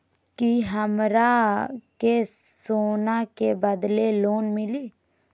का हमरा के सोना के बदले लोन मिलि?